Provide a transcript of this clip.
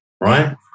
right